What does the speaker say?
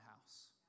house